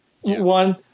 one